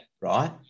Right